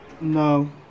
No